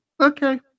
okay